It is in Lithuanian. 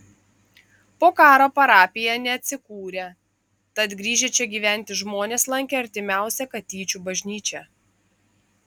po karo parapija neatsikūrė tad grįžę čia gyventi žmonės lankė artimiausią katyčių bažnyčią